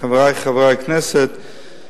חברי חברי הכנסת,